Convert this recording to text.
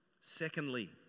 Secondly